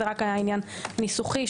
רק עניין ניסוחי.